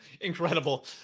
Incredible